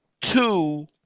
two